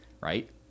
right